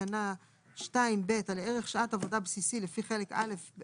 תקנה 2(ב) על ערך שעת עבודה בסיסי לפי חלק א'1,